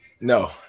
No